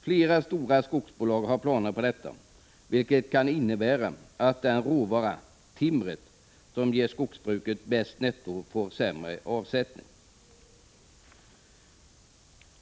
Flera stora skogsbolag har sådana planer, vilket kan innebära att den råvara, timret, som ger skogsbruket bäst netto får sämre avsättning.